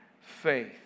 faith